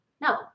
No